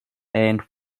and